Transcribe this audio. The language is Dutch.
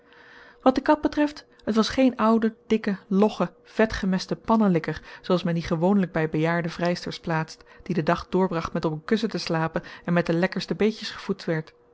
wat de kat betreft het was geen oude dikke logge vetgemeste pannelikker zooals men die gewoonlijk bij bejaarde vrijsters plaatst die den dag doorbracht met op een kussen te slapen en met de lekkerste beetjes gevoed werd